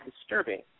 disturbing